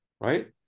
Right